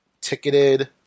ticketed